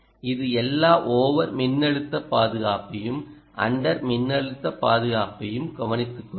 இது எல்லா ஓவர் மின்னழுத்த பாதுகாப்பையும் அன்டர் மின்னழுத்த பாதுகாப்பையும் கவனித்துக்கொள்ளும்